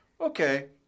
okay